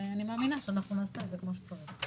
ואני מאמינה שנעשה את זה כמו שצריך.